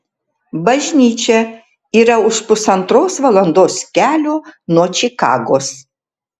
bažnyčia yra už pusantros valandos kelio nuo čikagos